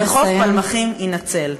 וחוף פלמחים יינצל.